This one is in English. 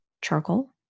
charcoal